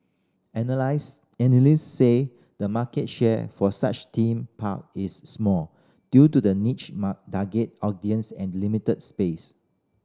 analysts say the market share for such theme park is small due to the niche target audience and limited space